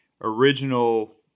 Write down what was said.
original